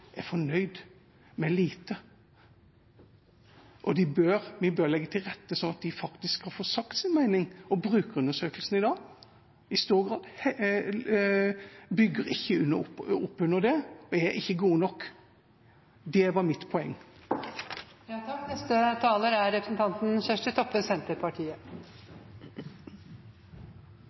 er fornøyd med lite, og vi bør legge til rette sånn at de faktisk kan få sagt sin mening. Brukerundersøkelsene i dag bygger i stor grad ikke opp under det – de er ikke gode nok. Det var mitt poeng. Debatten har utvikla seg, og eg vil minna om at det vi eigentleg debatterer, trass alt er